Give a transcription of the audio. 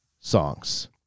songs